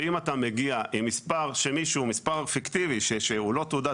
שאם אתה מגיע עם מספר פיקטיבי שהוא לא תעודת